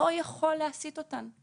לא יכול להסיט אותן.